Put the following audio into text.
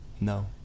No